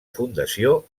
fundació